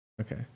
Okay